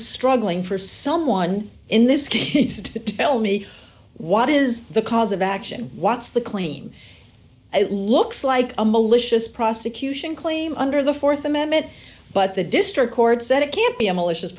struggling for someone in this case to tell me what is the cause of action what's the claim it looks like a malicious prosecution claim under the th amendment but the district court said it can't be a malicious